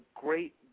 great